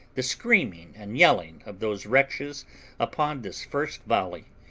the screaming and yelling of those wretches upon this first volley.